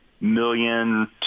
million